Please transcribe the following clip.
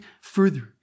further